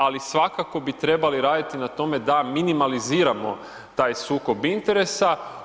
Ali svakako bi trebali raditi na tome da minimaliziramo taj sukob interesa.